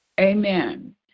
amen